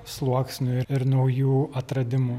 sluoksnių ir naujų atradimų